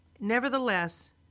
nevertheless